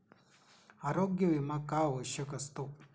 आरोग्य विमा का आवश्यक असतो?